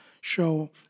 show